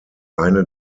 eine